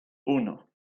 uno